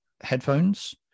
headphones